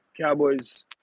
Cowboys